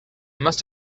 must